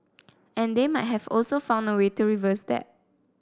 and they might have also found a way to reverse that